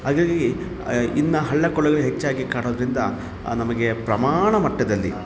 ಹಾಗಾಗಗಿ ಇನ್ನು ಹಳ್ಳ ಕೊಳ್ಳಗಳು ಹೆಚ್ಚಾಗಿ ಕಾಣೋದರಿಂದ ನಮಗೆ ಪ್ರಮಾಣಮಟ್ಟದಲ್ಲಿ